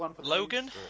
Logan